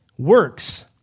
works